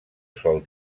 sol